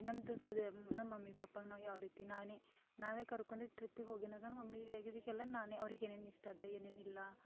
ನಮ್ಮದು ಸದ ನಮ್ಮ ಮಮ್ಮಿ ಪಪ್ಪನು ಯಾವ ರೀತಿ ನಾನೇ ನಾವೇ ಕರ್ಕೊಂಡಿ ಟ್ರಿಪ್ಪಿಗೆ ಹೋಗಿನಾಗ ಮಮ್ಮಿ ಇದಕ್ಕೆಲ್ಲ ನಾನೇ ಅವರಿಗೆ ಏನೇನು ಇಷ್ಟದ ಏನೇನು ಇಲ್ಲ